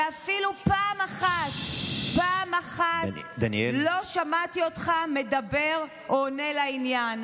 ואפילו פעם אחת לא שמעתי אותך מדבר או עונה לעניין.